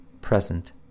present